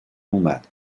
اومد